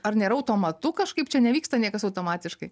ar nėra automatu kažkaip čia nevyksta niekas automatiškai